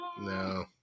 No